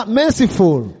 merciful